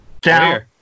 down